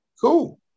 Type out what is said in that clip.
Cool